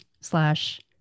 slash